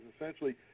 essentially